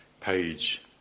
page